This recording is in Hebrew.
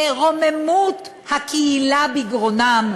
ורוממות הקהילה בגרונם.